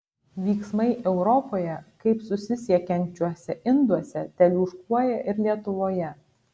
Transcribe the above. vyksmai europoje kaip susisiekiančiuose induose teliūškuoja ir lietuvoje